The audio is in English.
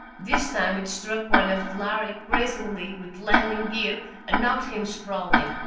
this time it struck one of the lhari grazingly with landing gear and knocked him sprawling.